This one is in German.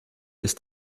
ist